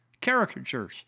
Caricatures